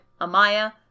Amaya